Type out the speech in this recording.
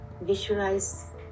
Visualize